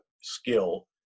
skill